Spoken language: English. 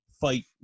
fight